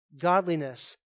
godliness